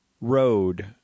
road